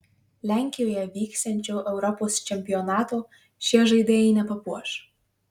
lenkijoje vyksiančio europos čempionato šie žaidėjai nepapuoš